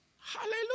Hallelujah